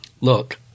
Look